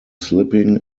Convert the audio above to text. slipping